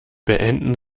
beenden